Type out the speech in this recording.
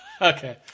Okay